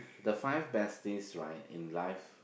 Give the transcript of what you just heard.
the five besties right in life